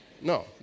no